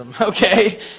okay